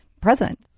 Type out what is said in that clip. president